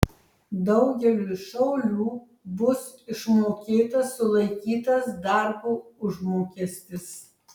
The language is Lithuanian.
daugeliui šaulių bus išmokėtas sulaikytas darbo užmokestis